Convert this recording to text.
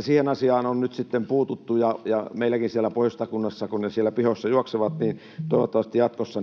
siihen asiaan on nyt sitten puututtu. Meilläkin Pohjois-Satakunnassa, kun ne siellä pihoissa juoksevat, toivottavasti ne ovat sitten jatkossa